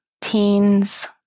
teens